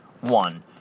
one